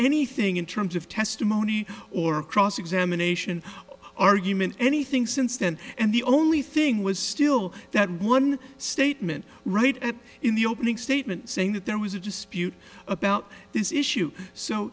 anything in terms of testimony or cross examination argument anything since then and the only thing was still that one statement right in the opening statement saying that there was a dispute about this issue so